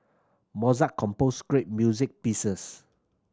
Mozart composed great music pieces